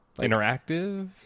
interactive